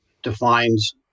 defines